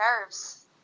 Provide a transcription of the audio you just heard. nerves